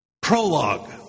Prologue